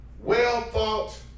well-thought